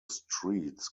streets